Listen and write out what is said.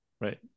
Right